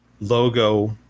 logo